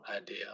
idea